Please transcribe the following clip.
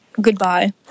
Goodbye